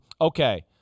Okay